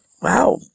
Wow